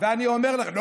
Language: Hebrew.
הפסיכומטרי?